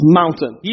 mountain